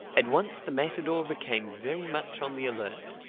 at once the matador became very much on the alert.